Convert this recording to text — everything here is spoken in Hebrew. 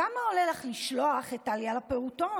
כמה עולה לך לשלוח את טליה לפעוטון?